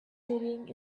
sitting